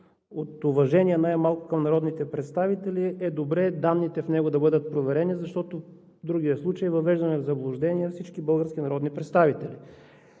от уважение към народните представители със сигурност е добре данните в него да бъдат проверени, защото в другия случай това е въвеждане в заблуждение на всички български народни представители.